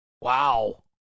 Wow